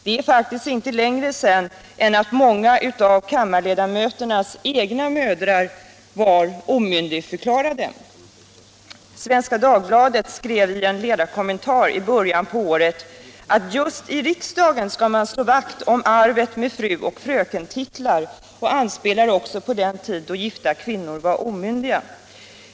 Det är faktiskt inte längre sedan än att många av kammarens ledamöters egna mödrar var omyndigförklarade. Svenska Dagbladet skrev i en ledarkommentar i början på året att just i riksdagen skall man slå vakt om arvet med fruoch frökentitlar och anspelade också på den tid då gifta kvinnor var omyndiga.